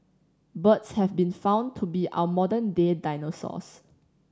birds have been found to be our modern day dinosaurs